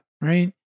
Right